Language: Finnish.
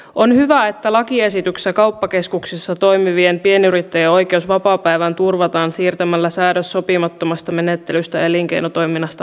on hyvä että lakiesityksessä kauppakeskuksissa toimivien pienyrittäjien oikeus vapaapäivään turvataan siirtämällä säädös sopimattomasta menettelystä elinkeinotoiminnasta annettuun lakiin